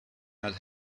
not